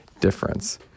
difference